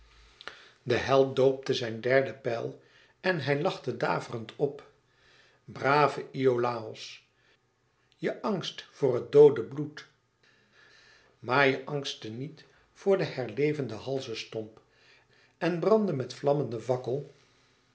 de held doopte zijne derde pijl en hij lachte daverend op brave iolàos je angst voor het doode bloed maar je angst te niet voor den herlevenden halzestomp en brandde met vlammenden fakkel